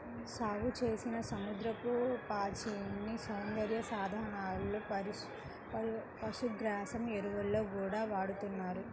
సాగుచేసిన సముద్రపు పాచిని సౌందర్య సాధనాలు, పశుగ్రాసం, ఎరువుల్లో గూడా వాడతన్నారు